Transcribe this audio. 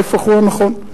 ההיפך הוא הנכון.